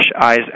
eyes